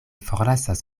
forlasas